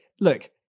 look